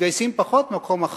מתגייסים פחות, מקום אחרון.